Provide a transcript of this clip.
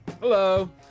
Hello